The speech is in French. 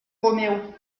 roméo